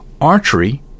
Archery